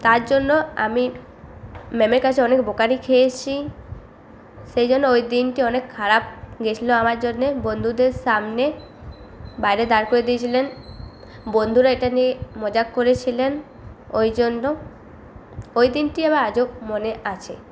তার জন্য আমি ম্যামের কাছে অনেক বকুনি খেয়েছি সেই জন্য ওই দিনটি অনেক খারাপ গিয়েছিল আমার জন্য বন্ধুদের সামনে বাইরে দাঁড় করিয়ে দিয়েছিলেন বন্ধুরা এটা নিয়ে মজা করেছিলেন ওই জন্য ওই দিনটি আমার আজও মনে আছে